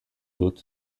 dut